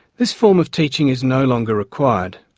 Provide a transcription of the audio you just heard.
this form of teaching is no longer required.